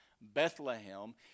Bethlehem